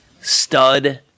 Stud